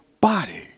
body